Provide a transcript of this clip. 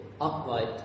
upright